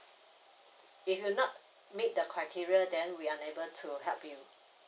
if you not meet the criteria then we unable to help you